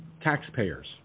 Taxpayers